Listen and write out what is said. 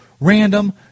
random